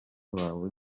wawe